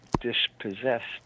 dispossessed